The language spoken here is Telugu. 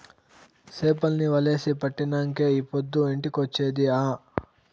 చేపల్ని వలేసి పట్టినంకే ఈ పొద్దు ఇంటికొచ్చేది ఆ